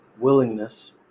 willingness